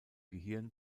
gehirn